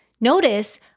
Notice